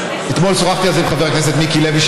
אתמול שוחחתי על זה עם חבר הכנסת מיקי לוי,